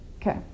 Okay